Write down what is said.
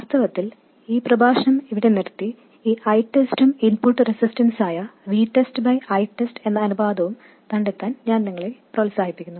വാസ്തവത്തിൽ ഈ പ്രഭാഷണം ഇവിടെ നിർത്തി ഈ ITEST ഉം ഇൻപുട്ട് റെസിസ്റ്റൻസായ VTEST ITEST എന്ന അനുപാതവും കണ്ടെത്താൻ ഞാൻ നിങ്ങളെ പ്രോത്സാഹിപ്പിക്കുന്നു